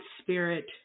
spirit